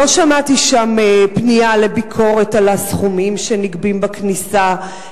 לא שמעתי שם פנייה לביקורת על הסכומים שנגבים בכניסה,